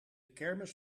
kermis